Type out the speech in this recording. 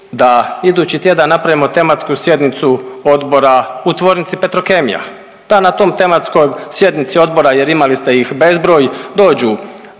da idući tjedan napravimo tematsku sjednicu odbora u tvornici Petrokemiji, pa na toj tematskoj sjednici odbora jer imali ste ih bezbroj dođu